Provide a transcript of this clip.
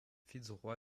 fitzroy